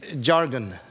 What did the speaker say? jargon